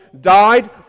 died